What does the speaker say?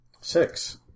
Six